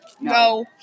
No